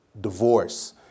divorce